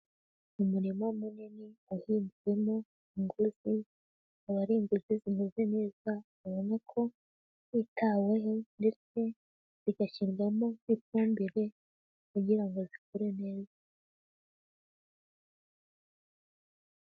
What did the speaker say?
Umurima munini wahinzwemo inguzi. Akaba ari inguzi zimeze neza, ubona ko zitaweho ndetse zigashyirwamo n'ifumbire, kugira ngo zikure neza.